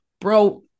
bro